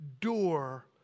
door